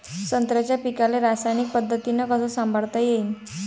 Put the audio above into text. संत्र्याच्या पीकाले रासायनिक पद्धतीनं कस संभाळता येईन?